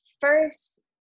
first